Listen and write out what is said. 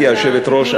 גברתי היושבת-ראש,